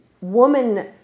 woman